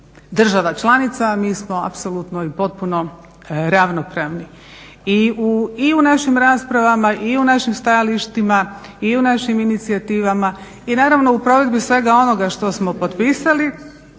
država članica, mi smo apsolutno i potpuno ravnopravni. I u našim raspravama i u našim stajalištima i u našim inicijativama i naravno u provedbi svega onoga što smo potpisali,